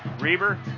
Reber